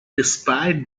despite